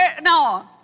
no